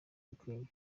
bikwiye